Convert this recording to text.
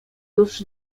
już